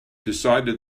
decided